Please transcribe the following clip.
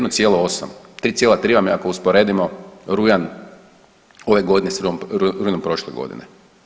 1,8. 3,3 vam je ako usporedimo rujan ove godine s rujnom prošle godine.